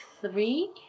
three